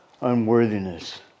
unworthiness